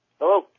Hello